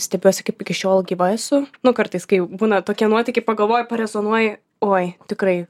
stebiuosi kaip iki šiol gyva esu nu kartais kai jau būna tokie nuotykiai pagalvoji parezonuoji oi tikrai